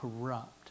corrupt